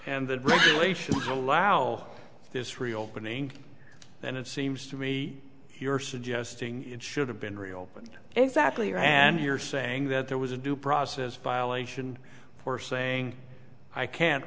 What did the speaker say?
and that regulations allow this reopening and it seems to me you're suggesting it should have been reopened exactly right and you're saying that there was a due process violation for saying i can't